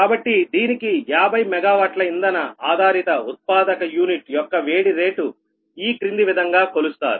కాబట్టి దీనికి 50 మెగా వాట్ల ఇంధన ఆధారిత ఉత్పాదక యూనిట్ యొక్క వేడి రేటు ఈ క్రింది విధంగా కొలుస్తారు